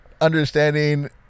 understanding